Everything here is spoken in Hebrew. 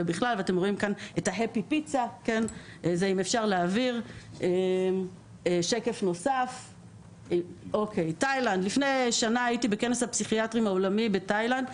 ו-HAPPY PITZA. לפני שנה הייתי בכנס הפסיכיאטרים העולמי בתאילנד.